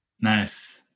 Nice